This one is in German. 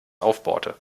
aufbohrte